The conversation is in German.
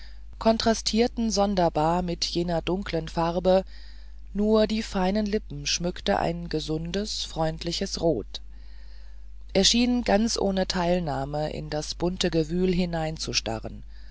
kontraktierten sonderbar mit jener dunkeln farbe nur die feinen lippen schmückte ein gesundes freundliches rot er schien ganz ohne teilnahme in das bunte gewühl